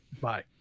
Bye